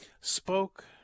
spoke